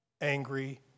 angry